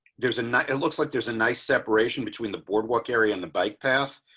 there's a nice it looks like there's a nice separation between the boardwalk area and the bike path,